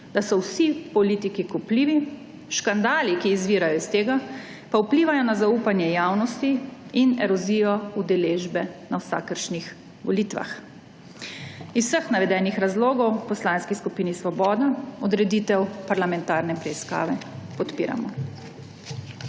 da so vsi politiki kupljivi, škandali, ki izvirajo iz tega pa vplivajo na zaupanje javnosti in erozijo udeležbe na vsakršnih volitvah. Iz vseh navedenih razlogov v Poslanski skupini Svoboda odreditev parlamentarne preiskave podpiramo.